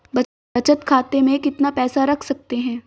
बचत खाते में कितना पैसा रख सकते हैं?